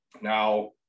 Now